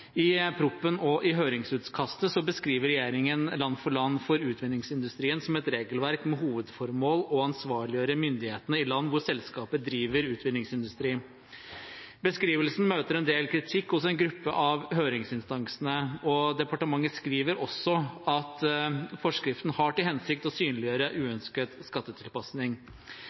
utvinningsindustrien som et regelverk med hovedformål å ansvarliggjøre myndighetene i land hvor selskaper driver utvinningsindustri. Beskrivelsen møter en del kritikk hos en gruppe av høringsinstansene, og departementet skriver også at forskriftene har til hensikt å synliggjøre uønsket skattetilpasning.